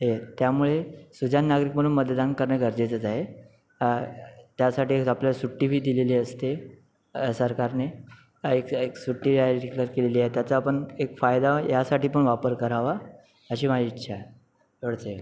त्यामुळे सुजाण नागरिक म्हणून मतदान करणं गरजेचंच आहे त्यासाठी आपल्याला सुट्टी बी दिलेली असते सरकारने एक एक सुट्टी डीक्लेअर केलेली आहे त्याचा पण एक फायदा यासाठी पण वापर करावा अशी माझी इच्छा आहे एवढच